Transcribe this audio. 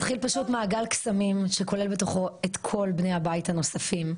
מתחיל פשוט מעגל קסמים שכולל בתוכו את כל בני הבית הנוספים.